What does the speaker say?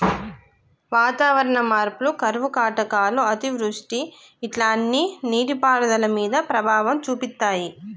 వాతావరణ మార్పులు కరువు కాటకాలు అతివృష్టి ఇట్లా అన్ని నీటి పారుదల మీద ప్రభావం చూపితాయ్